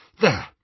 There